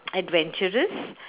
adventurous